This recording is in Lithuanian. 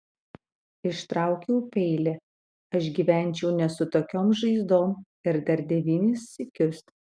ištraukiau peilį aš gyvenčiau ne su tokiom žaizdom ir dar devynis sykius